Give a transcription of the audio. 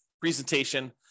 presentation